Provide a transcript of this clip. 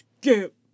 Skip